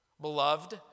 Beloved